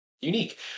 unique